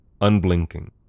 unblinking